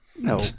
No